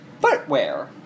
Footwear